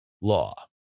law